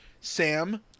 Sam